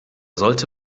sollte